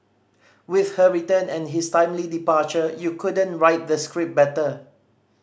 with her return and his timely departure you couldn't write the script better